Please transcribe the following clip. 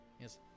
Yes